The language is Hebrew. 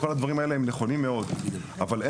כל הדברים האלה הם נכונים מאוד,